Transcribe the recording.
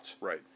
Right